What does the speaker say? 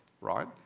right